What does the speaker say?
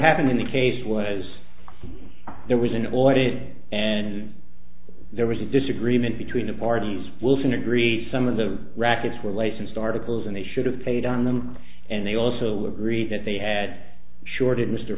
happened in the case was there was an audit and there was a disagreement between the parties wilson agreed some of the rackets were lace and start a close and they should have paid on them and they also agreed that they had shorted mr